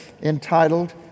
entitled